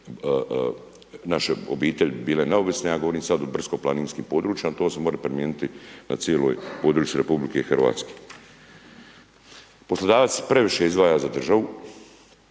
naše obitelji bi bile neovisne, ja govorim sada o brdsko planinskim područjima, to se more primijeniti na cijelom području RH. Poslodavac previše izdvaja za državu,